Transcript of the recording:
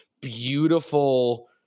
beautiful